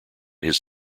his